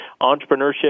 entrepreneurship